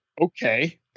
Okay